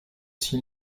aussi